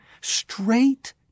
straight